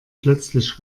plötzlich